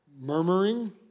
Murmuring